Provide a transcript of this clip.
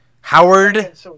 Howard